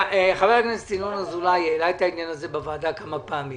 חבר הכנסת ינון אזולאי העלה את העניין הזה בוועדה כמה פעמים.